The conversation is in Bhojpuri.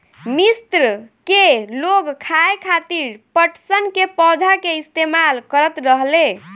मिस्र के लोग खाये खातिर पटसन के पौधा के इस्तेमाल करत रहले